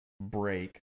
break